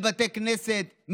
לבתי כנסת.